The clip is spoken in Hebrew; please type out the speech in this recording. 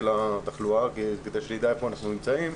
התחלואה כדי שנדע איפה אנחנו נמצאים.